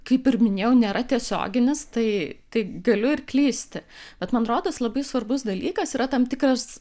kaip ir minėjau nėra tiesioginis tai tai galiu ir klysti bet man rodos labai svarbus dalykas yra tam tikras